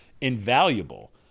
invaluable